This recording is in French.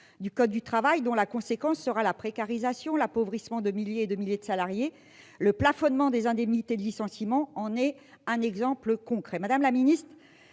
du code du travail, dont la conséquence sera la précarisation et l'appauvrissement de milliers et de milliers de salariés. Le plafonnement des indemnités de licenciement en est un exemple concret. Madame la ministre,